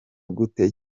gute